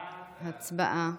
הצבעה.